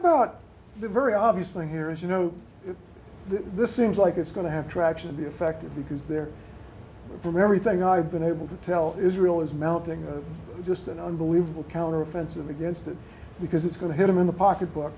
about the very obvious thing here is you know this seems like it's going to have traction be effective because they're from everything i've been able to tell israel is mounting just an unbelievable counter offensive against it because it's going to hit them in the pocketbook